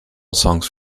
songs